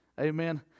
Amen